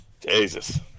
jesus